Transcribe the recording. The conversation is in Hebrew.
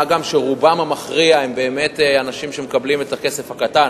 מה גם שרובם המכריע הם באמת אנשים שמקבלים את הכסף הקטן,